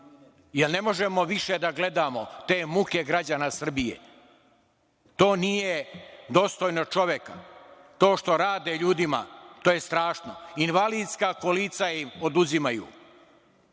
jer ne možemo više da gledamo te muke građana Srbije. To nije dostojno čoveka. To što rade ljudima, to je strašno. Invalidska kolica im oduzimaju